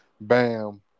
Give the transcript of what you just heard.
Bam